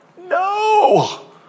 No